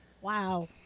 Wow